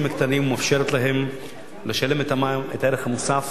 הקטנים ומאפשרת להם לשלם את מס הערך מוסף